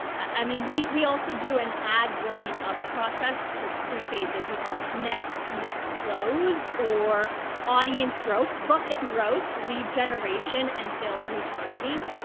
i mean we we also do an ad warming up process. there's three phases we call it connect, commit close or audience growth, bucket growth, lead generation and sales retargeting.